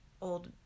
Old